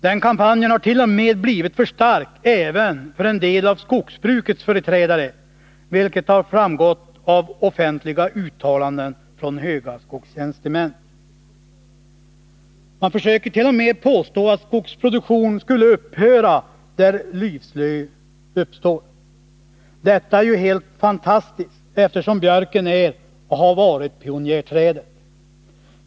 Den kampanjen har blivit för stark t.o.m. för en del av skogsbrukets företrädare, vilket har framgått av offentliga uttalanden från höga skogstjänstemän. Man försöker t.o.m. påstå att skogsproduktionen skulle upphöra där lövsly uppstår. Detta är ju helt fantastiskt, eftersom björken är och har varit pionjärträdet.